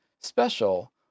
special